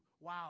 wow